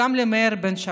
גם למאיר בן שבת.